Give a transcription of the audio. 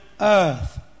earth